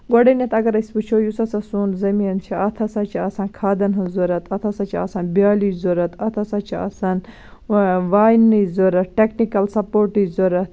گۄڈٕنیٚتھ اگر أسی وِچھو یُس ہَسا سون زٔمیٖن چھُ اتھ ہَسا چھُ آسان کھادن ہِنٛز ضرورت اتھ ہَسا چھِ آسان بیالِچ ضرورت اتھ ہَسا چھِ آسان وایہ واینِچ ضرورت ٹیٚکنِکل سَپوٹٕچ ضرورت